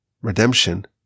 redemption